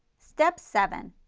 step seven,